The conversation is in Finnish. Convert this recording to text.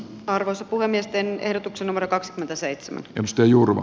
arvoisa puhemies teen ehdotuksen numero kaksi tä seitsemän josta jurmu